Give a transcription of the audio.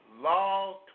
Law